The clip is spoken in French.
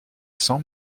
sang